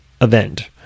event